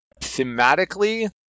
thematically